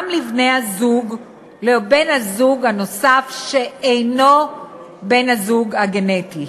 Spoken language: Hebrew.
לבן-הזוג הנוסף שאינו בן-הזוג הגנטי.